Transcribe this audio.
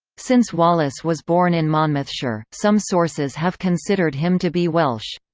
since wallace was born in monmouthshire, some sources have considered him to be welsh.